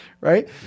right